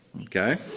okay